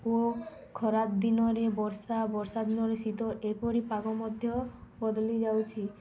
ଓ ଖରା ଦିନରେ ବର୍ଷା ବର୍ଷା ଦିନରେ ଶୀତ ଏପରି ପାଗ ମଧ୍ୟ ବଦଳି ଯାଉଛି